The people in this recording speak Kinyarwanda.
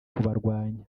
kubarwanya